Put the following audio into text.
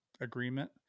agreement